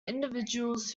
individuals